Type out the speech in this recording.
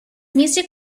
music